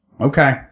okay